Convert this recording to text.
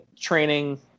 training